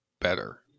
better